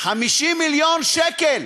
50 מיליון שקל.